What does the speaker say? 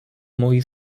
moi